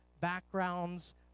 backgrounds